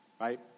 right